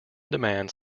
demands